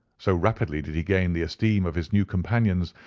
so rapidly did he gain the esteem of his new companions,